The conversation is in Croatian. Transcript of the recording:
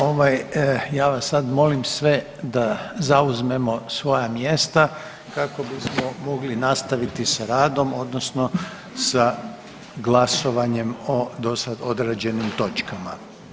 Ovaj, ja vas sad molim sve da zauzmemo svoja mjesta kako bismo mogli nastaviti s radom, odnosno sa glasovanjem o dosad odrađenim točkama.